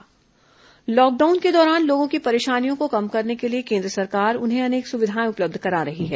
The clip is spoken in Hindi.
केन्द्र उज्जवला योजना लॉकडाउन के दौरान लोगों की परेशानियों को कम करने के लिए केन्द्र सरकार उन्हें अनेक सुविधाएं उपलब्ध करा रही हैं